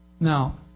Now